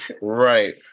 Right